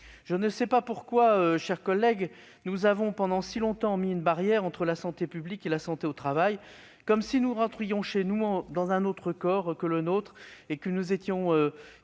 Je ne sais pas pourquoi, mes chers collègues, nous avons si longtemps mis une barrière entre la santé publique et la santé au travail. Comme si nous revenions chez nous dans un autre corps que le nôtre ou que nous étions